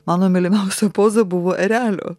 mano mylimiausia poza buvo erelio